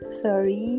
sorry